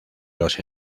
los